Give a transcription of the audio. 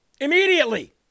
Immediately